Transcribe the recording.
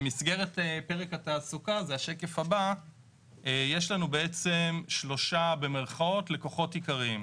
במסגרת פרק התעסוקה יש לנו בעצם שלושה "לקוחות" עיקריים,